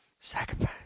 sacrifice